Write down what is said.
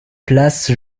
place